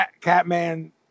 Catman